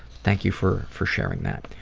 thank you for for sharing that.